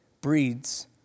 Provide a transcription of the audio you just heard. breeds